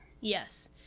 Yes